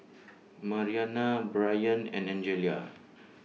Mariana Bryant and Angella